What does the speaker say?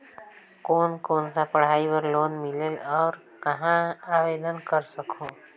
कोन कोन सा पढ़ाई बर लोन मिलेल और कहाँ आवेदन कर सकहुं?